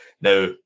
Now